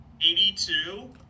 82